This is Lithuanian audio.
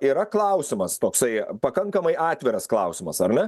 yra klausimas toksai pakankamai atviras klausimas ar ne